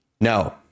No